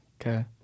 okay